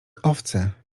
owce